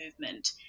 movement